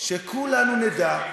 שכולנו נדע,